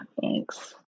Thanks